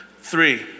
Three